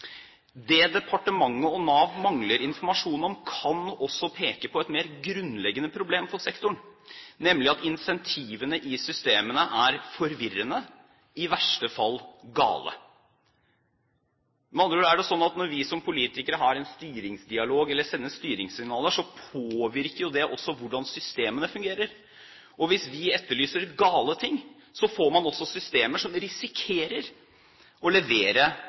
Det departementet og Nav mangler informasjon om, kan også peke på et mer grunnleggende problem for sektoren, nemlig at incentivene i systemene er forvirrende, i verste fall gale. Med andre ord er det slik at når vi som politikere har en styringsdialog, eller sender styringssignaler, påvirker jo det også hvordan systemene fungerer. Hvis vi etterlyser gale ting, får man også systemer som risikerer å levere